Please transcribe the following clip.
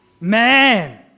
man